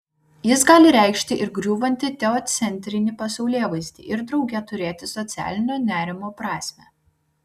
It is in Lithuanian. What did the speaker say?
jis gali reikšti ir griūvantį teocentrinį pasaulėvaizdį ir drauge turėti socialinio nerimo prasmę